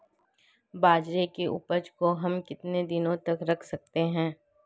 बाजरे की उपज को हम कितने दिनों तक रख सकते हैं?